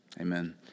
Amen